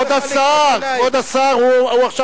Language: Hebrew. כבוד השר, כבוד השר, אתה תוכל להשיב.